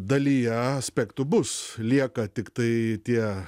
dalyje aspektų bus lieka tiktai tie